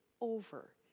over